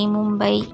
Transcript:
Mumbai